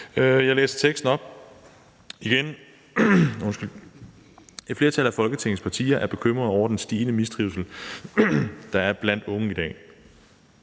Forslag til vedtagelse »Et flertal af Folketingets partier er bekymrede over den stigende mistrivsel, der er blandt unge i dag.